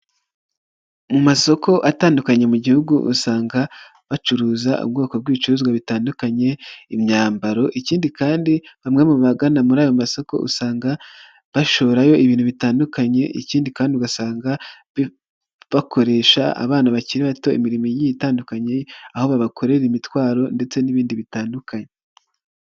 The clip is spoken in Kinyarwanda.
Mu masoko atandukanye mu Gihugu usanga bacuruza ubwoko bw'ibicuruzwa bitandukanye, imyambaro, ikindi kandi bamwe mu bagana muri ayo masoko usanga bashorayo ibintu bitandukanye, ikindi kandi ugasanga bakoresha abana bakiri bato imirimo itandukanye aho babakorera imitwaro ndetse n'ibindi bitandukanye.